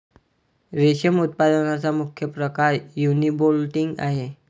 रेशम उत्पादनाचा मुख्य प्रकार युनिबोल्टिन आहे